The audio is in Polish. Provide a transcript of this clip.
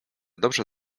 dobrze